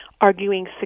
arguing